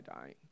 dying